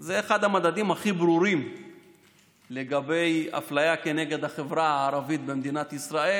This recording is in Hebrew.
זה אחד המדדים הכי ברורים לאפליה כנגד החברה הערבית במדינת ישראל,